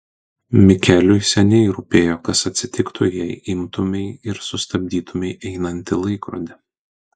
mikeliui seniai rūpėjo kas atsitiktų jei imtumei ir sustabdytumei einantį laikrodį